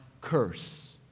curse